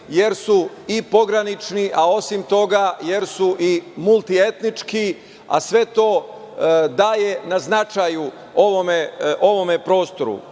jer su i pogranični, a osim toga jer su i multientički, a sve to daje na značaju ovom prostoru. Istina,